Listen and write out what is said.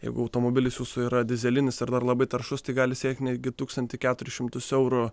jeigu automobilis jūsų yra dyzelinis ar dar labai taršus tai gali siekti netgi tūkstantį keturis šimtus eurų